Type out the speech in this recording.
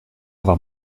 avoir